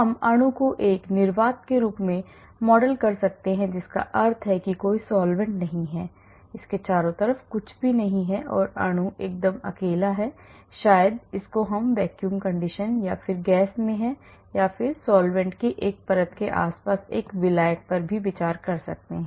हम अणु को एक निर्वात के रूप में मॉडल कर सकते हैं जिसका अर्थ है कि कोई सॉल्वैंट्स नहीं हैं इसके चारों ओर कुछ भी नहीं है अणु बिल्कुल अकेला है शायद यह vacuum में है या यह गैस में है या हम solvent के 1 परत के आसपास एक विलायक पर विचार कर सकते हैं